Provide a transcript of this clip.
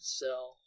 sell